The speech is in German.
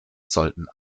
sollten